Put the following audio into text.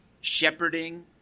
shepherding